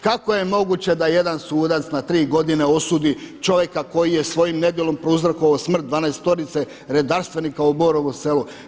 Kako je moguće da jedan sudac na tri godine osudi čovjeka koji je svojim nedjelom prouzrokovao smrt 12-orice redarstvenika u Borovom Selu?